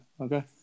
Okay